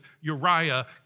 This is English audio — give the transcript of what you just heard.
Uriah